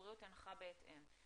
המשרד הבריאות הונחה בהתאם.